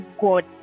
God